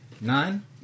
Nine